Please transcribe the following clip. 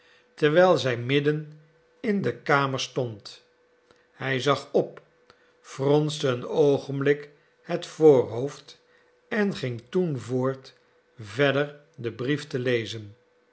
terwijl zij midden in de kamer stond hij zag op fronste een oogenblik het voorhoofd en ging toen voort verder den brief te lezen